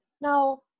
Now